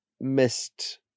missed